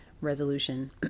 resolution